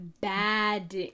Bad